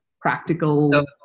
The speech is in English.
practical